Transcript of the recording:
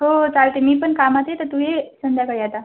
हो चालते मी पण कामात आहे तर तू ये संध्याकाळी आता